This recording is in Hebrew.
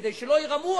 כדי שלא ירמו,